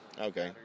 Okay